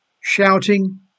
shouting